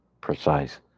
precise